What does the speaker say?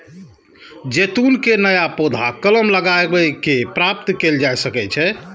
जैतून के नया पौधा कलम लगाए कें प्राप्त कैल जा सकै छै